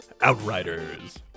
Outriders